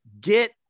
get